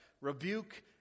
rebuke